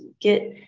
Get